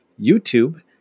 YouTube